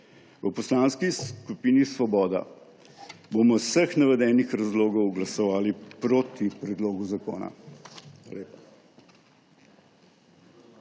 V Poslanski skupini Svoboda bomo iz vseh navedenih razlogov glasovali proti predlogu zakona.